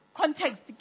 context